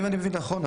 אם אני מבין נכון,